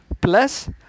plus